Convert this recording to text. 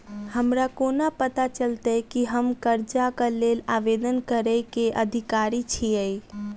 हमरा कोना पता चलतै की हम करजाक लेल आवेदन करै केँ अधिकारी छियै?